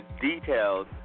details